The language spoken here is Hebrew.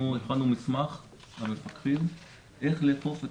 אנחנו הכנו מסמך למפקחים איך לאכוף את